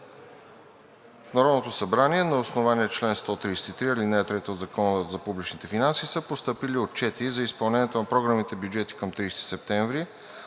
В Народното събрание на основание чл. 133, ал. 3 от Закона за публичните финанси са постъпили отчети за изпълнението на програмните бюджети към 30 септември